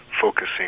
focusing